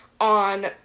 on